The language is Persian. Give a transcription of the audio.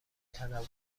تنوع